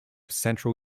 central